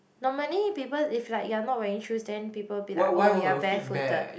normally people if like you're not wearing shoes then people be like oh you're barefooted